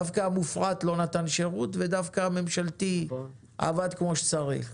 דווקא המופרט לא נתן שירות והממשלתי עבד כמו שצריך.